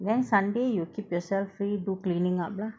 then sunday you keep yourself free do cleaning up lah